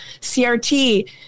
CRT